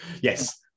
Yes